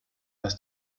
was